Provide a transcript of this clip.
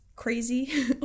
crazy